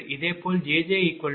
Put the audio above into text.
இதேபோல் 𝑗𝑗 34